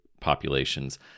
populations